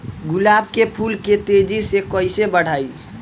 गुलाब के फूल के तेजी से कइसे बढ़ाई?